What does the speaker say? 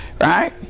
Right